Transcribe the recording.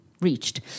reached